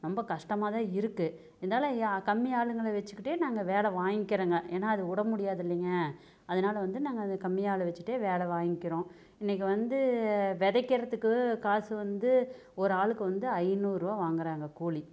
ரொம்ப கஷ்டமாக தான் இருக்கு இருந்தாலும் கம்மி ஆளுங்களை வச்சிக்கிட்டே நாங்கள் வேலை வாங்கிக்கிறங்க ஏன்னா அது விட முடியாது இல்லைங்க அதனால வந்து நாங்கள் அங்கே கம்மி ஆளை வச்சிகிட்டே வேலை வாங்கிக்கிறோம் இன்னைக்கு வந்து விதைக்கிறதுக்கு காசு வந்து ஒரு ஆளுக்கு வந்து ஐநூறுரூவா வாங்குறாங்க கூலி